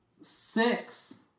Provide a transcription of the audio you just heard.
Six